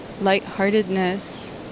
lightheartedness